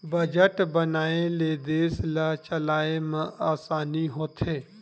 budget बनाए ले देस ल चलाए म असानी होथे